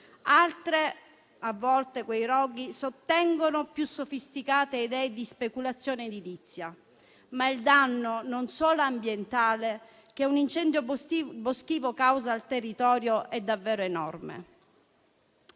altre volte quei roghi sottendono più sofisticate idee di speculazione edilizia. Il danno, però, non solo ambientale che un incendio boschivo causa al territorio è davvero enorme.